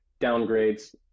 downgrades